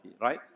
right